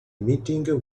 meeting